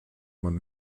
man